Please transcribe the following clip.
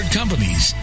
companies